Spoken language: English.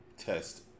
Test